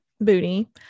booty